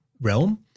realm